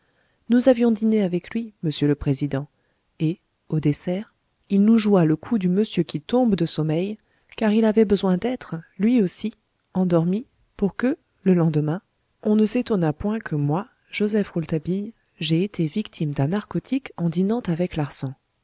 nous avions dîné avec lui monsieur le président et au dessert il nous joua le coup du monsieur qui tombe de sommeil car il avait besoin d'être lui aussi endormi pour que le lendemain on ne s'étonnât point que moi rouletabille j'aie été victime d'un narcotique en dînant avec